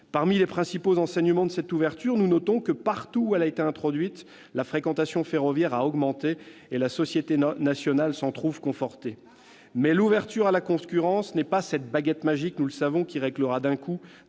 Parmi les principaux enseignements de cette ouverture, nous notons que, partout où elle a été réalisée, la fréquentation ferroviaire a augmenté, et la société nationale s'en trouve confortée. C'est faux ! Mais l'ouverture à la concurrence n'est pas cette baguette magique qui réglera, d'un coup